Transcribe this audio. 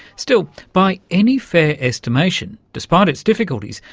still, by any fair estimation, despite its difficulties,